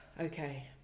okay